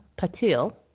Patil